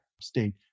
state